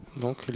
Donc